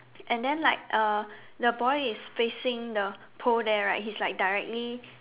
and then like uh the boy is facing the pole there right he's like directly